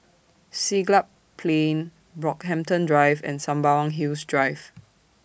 Siglap Plain Brockhampton Drive and Sembawang Hills Drive